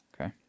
Okay